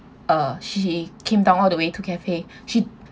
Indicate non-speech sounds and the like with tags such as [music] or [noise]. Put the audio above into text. uh she came down all the way to cafe [breath] she